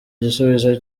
igisubizo